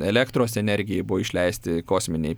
elektros energijai buvo išleisti kosminiai